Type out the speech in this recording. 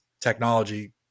technology